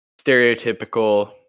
stereotypical